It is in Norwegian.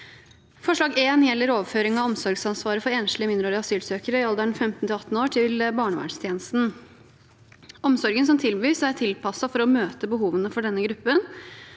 Forslag nr. 1 gjelder overføring av omsorgsansvaret for enslige mindreårige asylsøkere i alderen 15 til 18 år til barnevernstjenesten. Omsorgen som tilbys, er tilpasset for å møte behovene for denne gruppen.